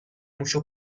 موشو